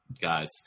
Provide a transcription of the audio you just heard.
guys